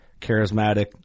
charismatic